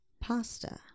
Pasta